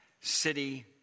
city